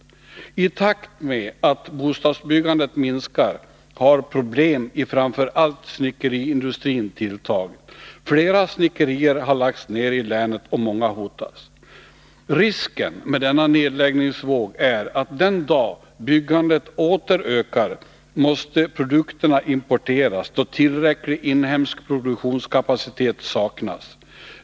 I takt med att bostadsbyggandet minskat har problem i framför allt snickeriindustrin tilltagit. Flera snickerier har lagts ner i länet, och många hotas. Risken med denna nedläggningsvåg är att den dag byggandet åter ökar måste produkterna importeras, då tillräcklig inhemsk produktionskapacitet saknas.